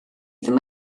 ddim